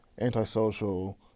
antisocial